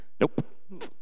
Nope